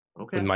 Okay